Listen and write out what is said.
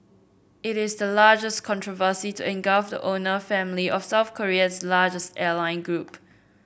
it is the largest controversy to engulf the owner family of South Korea's largest airline group